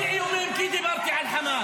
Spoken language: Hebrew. אני קיבלתי איומים כי דיברתי על חמאס.